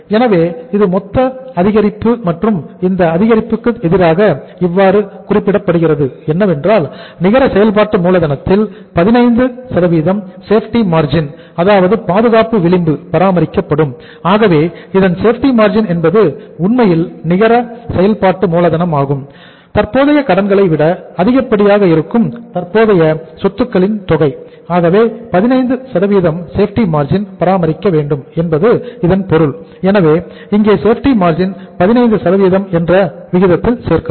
எனவே இது மொத்த அதிகரிப்பு மற்றும் இந்த அதிகரிப்புக்கு எதிராக இவ்வாறாக குறிப்பிடப்பட்டிருக்கிறது என்னவென்றால் நிகர செயல்பாட்டு மூலதனத்தில் 15 சேஃப்டி மார்ஜின் 15 என்ற விகிதத்தில் சேர்க்கவும்